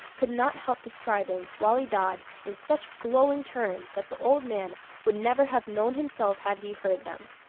could not help describing wali dad in such glowing terms that the old man would never have known himself had he heard them.